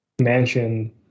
mansion